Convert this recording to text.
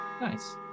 Nice